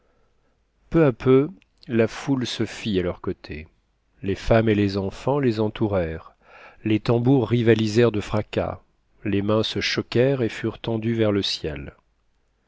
peu à peu la foule se fit à leurs côtés les femmes et les enfants les entourèrent les tambours rivalisèrent de fracas les mains se choquèrent et furent tendues vers le ciel